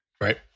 Right